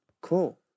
Cool